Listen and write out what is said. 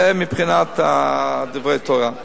זה מבחינת דברי התורה.